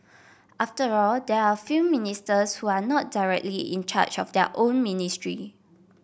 after all there are a few ministers who are not directly in charge of their own ministry